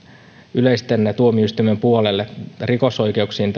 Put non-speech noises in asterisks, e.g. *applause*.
yleisten tuomioistuinten puolelle rikosoikeuksiin *unintelligible*